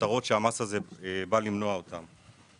למטרות שהמס בא למנוע אותן.